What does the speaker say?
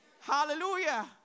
Hallelujah